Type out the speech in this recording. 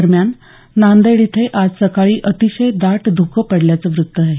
दरम्यान नांदेड इथे आज सकाळी अतिशय दाट धुकं पडल्याचं वृत्त आहे